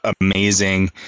amazing